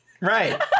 Right